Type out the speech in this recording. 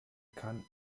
kann